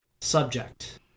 subject